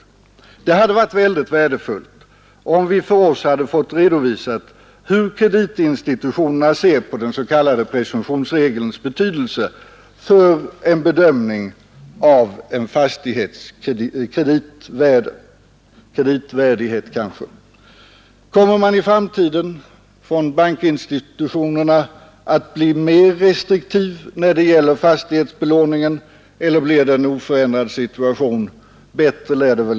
Det hade varit mycket värdefullt om vi fått redovisat hur kreditinstitutionerna ser på den s.k. presumtionsregelns betydelse för bedömningen av en fastighets kreditvärdighet. Kommer bankinstitutionerna i framtiden att bli mer restriktiva när det gäller fastighetsbelåningen eller blir det en oförändrad situation?